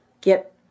get